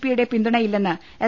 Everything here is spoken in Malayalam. പി യുടെ പിന്തുണ ഇല്ലെന്ന് എസ്